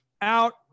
out